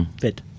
Fit